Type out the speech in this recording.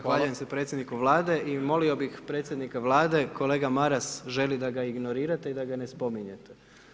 Zahvaljujem se predsjedniku Vlade i molio bi predsjednika Vlade, kolega Maras, želi da ga ignorirate i da ga ne spominjete.